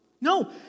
no